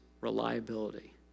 reliability